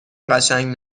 قشنگ